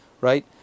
right